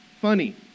funny